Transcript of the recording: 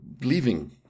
leaving